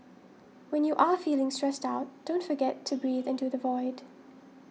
when you are feeling stressed out don't forget to breathe into the void